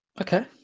Okay